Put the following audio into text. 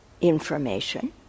information